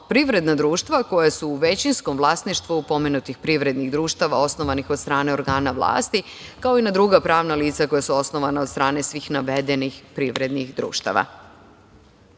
privredna društva koja su u većinskom vlasništvu pomenutih privrednih društava osnovanih od strane organa vlasti, kao i na druga pravna lica koja su osnovana od strane svih navedenih privrednih društava. Osim